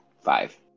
Five